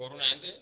କରୁନାହାନ୍ତି